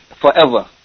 forever